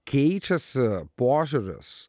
keičiasi požiūris